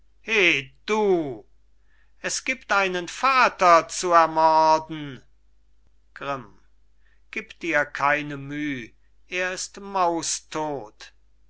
du es gibt einen vater zu ermorden grimm gib dir keine müh er ist